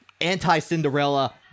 anti-Cinderella